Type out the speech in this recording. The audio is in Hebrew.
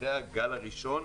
אחרי הגל הראשון,